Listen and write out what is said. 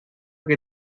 que